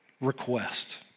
request